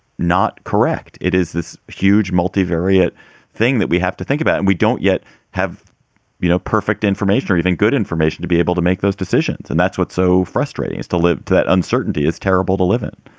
not correct. it is this huge multivariate thing that we have to think about. and we don't yet have you know perfect information or even good information to be able to make those decisions. and that's what's so frustrating is to live to that uncertainty is terrible to live in